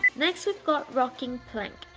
next we've got rocking plank.